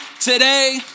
today